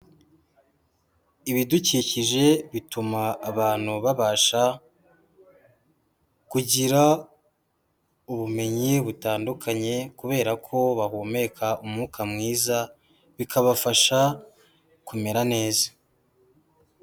Ibidukikije bituma abantu babasha kugira ubumenyi butandukanye kubera ko bahumeka umwuka mwiza bikabafasha kumera neza.